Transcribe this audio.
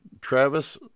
Travis